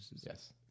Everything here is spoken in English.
Yes